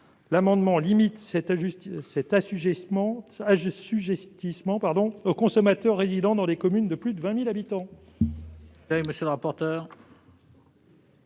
l'amendement limite cet assujettissement aux consommateurs résidant dans les communes de plus de 20 000 habitants.